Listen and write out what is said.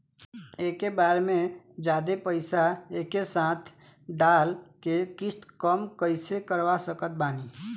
एके बार मे जादे पईसा एके साथे डाल के किश्त कम कैसे करवा सकत बानी?